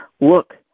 Look